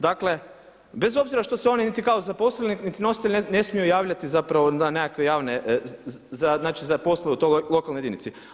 Dakle, bez obzira što se oni niti kao zaposleni, niti nositelji ne smiju javljati zapravo na nekakve javne, znači za poslove u toj lokalnoj jedinici.